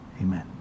Amen